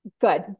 Good